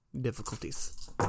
difficulties